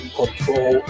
control